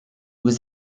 was